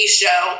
show